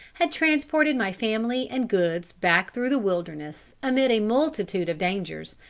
had transported my family and goods back through the wilderness, amid a multitude of dangers,